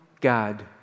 God